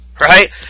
right